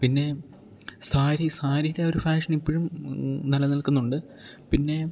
പിന്നെ സാരി സാരിയുടെ ആ ഒരു ഫാഷൻ ഇപ്പഴും നില നിൽക്കുന്നുണ്ട് പിന്നെ